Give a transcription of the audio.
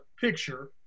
picture